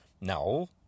No